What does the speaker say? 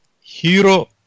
Hero